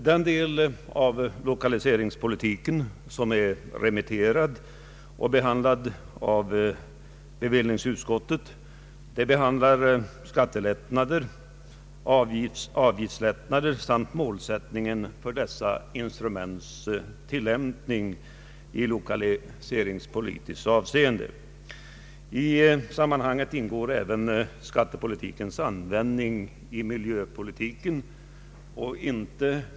Den del av lokaliseringspolitiken som behandlats av bevillningsutskottet avser skattelättnader och avgiftslättnader samt målsättningen för dessa instruments tillämpning i lokaliseringspolitiskt avseende. I sammanhanget ingår även skattepolitikens användning i miljöpolitiken.